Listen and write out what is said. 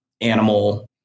animal